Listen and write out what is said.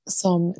som